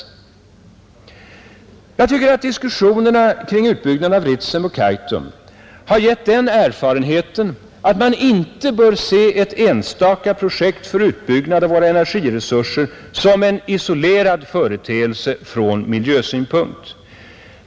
Jag tycker att diskussionerna kring utbyggnaden av Ritsem och Kaitum har givit den erfarenheten att man inte bör se ett enstaka projekt för utbyggnad av våra energiresurser som en isolerad företeelse från miljösynpunkt.